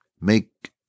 Make